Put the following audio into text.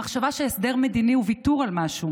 המחשבה שהסדר מדיני הוא ויתור על משהו